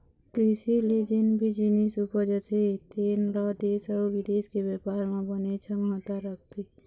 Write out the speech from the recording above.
कृषि ले जेन भी जिनिस उपजथे तेन ल देश अउ बिदेश के बेपार म बनेच महत्ता रखथे